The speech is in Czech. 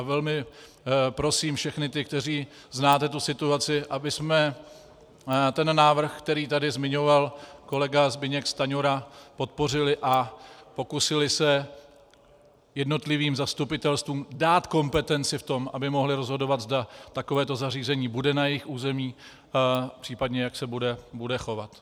Velmi prosím všechny ty, kteří znáte tu situaci, abychom ten návrh, který tady zmiňoval kolega Zbyněk Stanjura, podpořili a pokusili se jednotlivým zastupitelstvům dát kompetence v tom, aby mohla rozhodovat, zda takovéto zařízení bude na jejich území, případně jak se bude chovat.